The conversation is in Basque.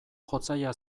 jotzailea